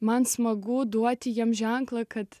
man smagu duoti jam ženklą kad